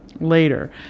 later